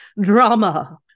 drama